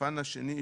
בפן השני,